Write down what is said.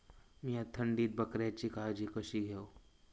मीया थंडीत बकऱ्यांची काळजी कशी घेव?